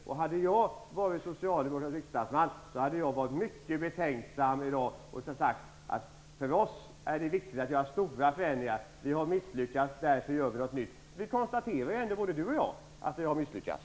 Om jag hade varit socialdemokratisk riksdagsman skulle jag ha varit mycket betänksam i dag och sagt: För oss är det viktigt med stora förändringar. Här har vi misslyckats och måste därför göra någonting nytt. Både Kristina Zakrisson och jag konstaterar ju att vi har misslyckats.